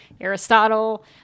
Aristotle